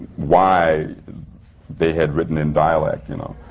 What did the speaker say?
why they had written in dialect, you know.